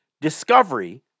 discovery